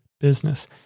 business